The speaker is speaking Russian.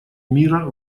мира